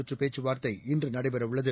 சுற்றுப்பேச்சுவார்த்தைஇன்றுநடைபெறஉள்ளது